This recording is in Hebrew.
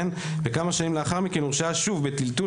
וכמה שנים לאחר מכן הורשעה שוב בטלטול